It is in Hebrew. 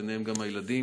ובהן הילדים,